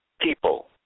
people